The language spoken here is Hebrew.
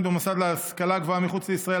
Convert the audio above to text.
במוסד להשכלה גבוהה מחוץ לישראל),